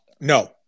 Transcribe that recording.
No